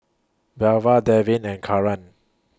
Belva Devin and Karan